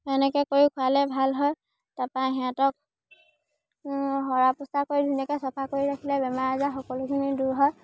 এনেকে কৰি খোৱালে ভাল হয় তাপা সিহঁতক সৰা পোচা কৰি ধুনীয়াকে চফা কৰি ৰাখিলে বেমাৰ আজাৰ সকলোখিনি দূৰ হয়